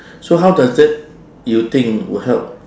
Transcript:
so how does that you think will help